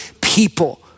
people